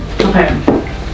Okay